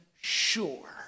sure